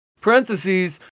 parentheses